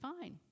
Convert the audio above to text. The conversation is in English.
fine